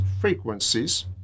frequencies